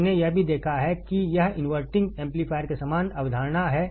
हमने यह भी देखा है कि यह इनवर्टिंग एम्पलीफायर के समान अवधारणा है